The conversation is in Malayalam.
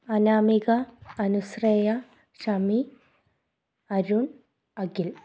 അനാമിക അനുസ്രയ ഷമി അരുൺ അഖിൽ